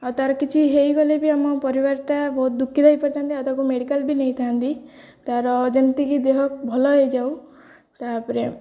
ଆଉ ତାର କିଛି ହୋଇଗଲେ ବି ଆମ ପରିବାରଟା ବହୁତ ଦୁଃଖିତ ହୋଇପାରିଥାନ୍ତି ଆଉ ତାକୁ ମେଡ଼ିକାଲ୍ ବି ନେଇଥାନ୍ତି ତାର ଯେମିତିକି ଦେହ ଭଲ ହୋଇଯାଉ ତାପରେ